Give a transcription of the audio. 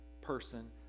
person